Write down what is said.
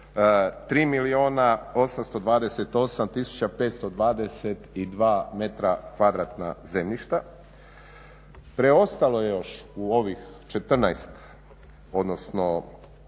3 milijuna 828 tisuća 522 metra kvadratna zemljišta. Preostalo je još u ovih 14, odnosno